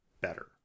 better